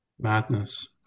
Madness